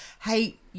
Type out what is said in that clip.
Hey